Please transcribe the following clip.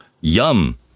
Yum